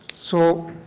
so